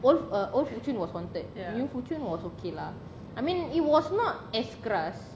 old uh old fuchun was haunted new fuchun was okay lah I mean it was not as keras